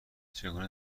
چگونه